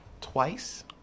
twice